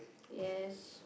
yes